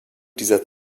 dieser